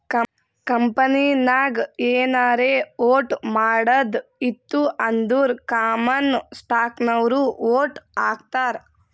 ಕಂಪನಿನಾಗ್ ಏನಾರೇ ವೋಟ್ ಮಾಡದ್ ಇತ್ತು ಅಂದುರ್ ಕಾಮನ್ ಸ್ಟಾಕ್ನವ್ರು ವೋಟ್ ಹಾಕ್ತರ್